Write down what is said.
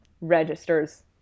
registers